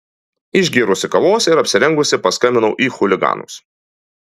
išgėrusi kavos ir apsirengusi paskambinau į chuliganus